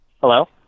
Hello